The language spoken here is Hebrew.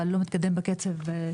אבל לא מתקדם בקצב.